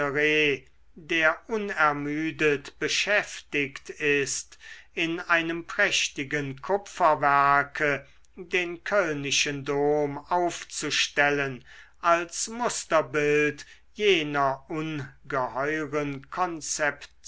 der unermüdet beschäftigt ist in einem prächtigen kupferwerke den kölnischen dom aufzustellen als musterbild jener ungeheuren konzeptionen